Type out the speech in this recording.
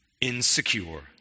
insecure